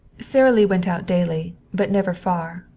sara lee went out daily, but never far.